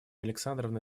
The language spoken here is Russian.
александровна